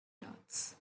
dots